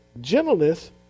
gentleness